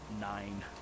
nine